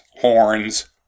horns